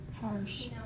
Harsh